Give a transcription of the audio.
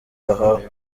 bahawe